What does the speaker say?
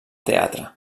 teatre